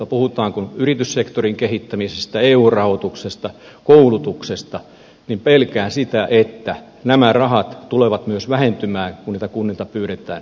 kun puhutaan yrityssektorin kehittämisestä eu rahoituksesta koulutuksesta niin pelkään sitä että nämä rahat tulevat myös vähentymään kun niitä kunnilta pyydetään